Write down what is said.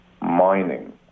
mining